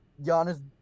Giannis